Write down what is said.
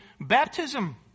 baptism